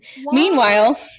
meanwhile